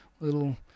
little